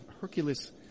hercules